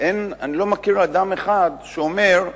אני לא מכיר אדם אחד שאומר: